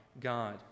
God